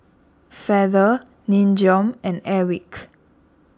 Feather Nin Jiom and Airwick